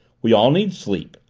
we all need sleep,